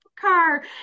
car